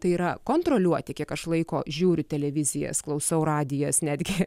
tai yra kontroliuoti kiek aš laiko žiūriu televizijas klausau radijas netgi